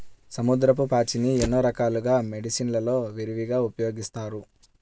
సముద్రపు పాచిని ఎన్నో రకాల మెడిసిన్ లలో విరివిగా ఉపయోగిస్తారు